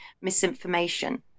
misinformation